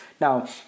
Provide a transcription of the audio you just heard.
Now